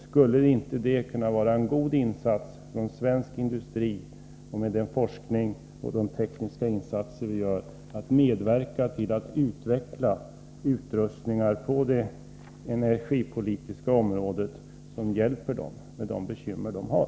Skulle det inte kunna vara en god insats av svensk industri, med den forskning och den teknik man förfogar över, att medverka till att utveckla utrustningar på det energipolitiska området som hjälper u-länderna med de bekymmer de har?